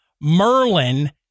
Merlin